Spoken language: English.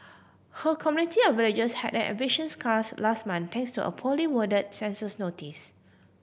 her community of villagers had an eviction scares last month thanks to a poorly word census notice